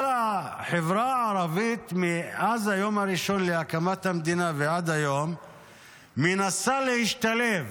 אבל החברה הערבית מאז היום הראשון להקמת המדינה ועד היום מנסה להשתלב,